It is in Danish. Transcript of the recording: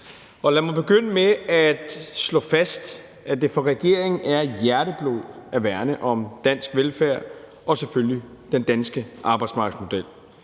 vil jeg begynde med at slå fast, at det for regeringen er hjerteblod at værne om dansk velfærd og selvfølgelig den danske arbejdsmarkedsmodel.